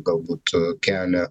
galbūt kelią